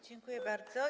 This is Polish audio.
Dziękuję bardzo.